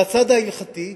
מהצד ההלכתי,